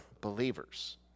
believers